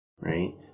Right